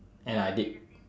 and I did